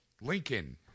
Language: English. Lincoln